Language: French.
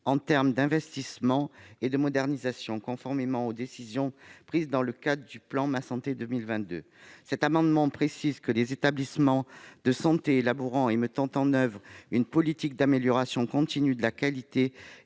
en matière d'investissement et de modernisation, conformément aux décisions prises dans le cadre du plan Ma santé 2022. Cet amendement vise à préciser que les établissements de santé élaborant et mettant en oeuvre une politique d'amélioration continue de la qualité